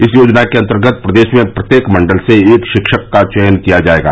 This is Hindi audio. इस योजना के अन्तर्गत प्रदेश में प्रत्येक मंडल से एक शिक्षक का चयन किया जायेगा